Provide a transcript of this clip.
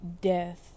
death